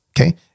okay